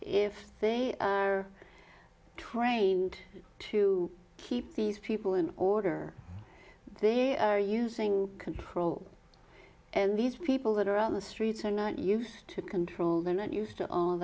if they are trained to keep these people in order they are using control and these people that are on the streets are not used to control they're not used to all